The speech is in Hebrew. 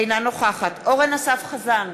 אינה נוכחת אורן אסף חזן,